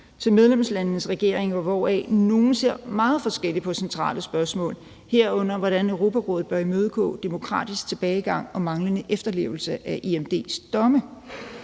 medlemslandenes regeringer, hvoraf nogle ser meget forskelligt på centrale spørgsmål, herunder hvordan Europarådet bør imødegå demokratisk tilbagegang og manglende efterlevelse af EMD's domme.«